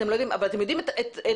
אבל אתם יודעים את המקרה,